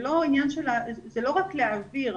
זה לא רק להעביר.